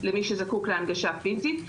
למי שזקוק להנגשה פיזית,